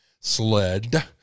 SLED